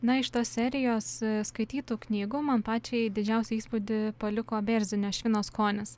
na iš tos serijos skaitytų knygų man pačiai didžiausią įspūdį paliko berzinio švino skonis